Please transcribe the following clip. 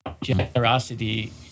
Generosity